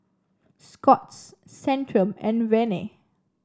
Scott's Centrum and Rene